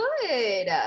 good